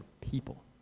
people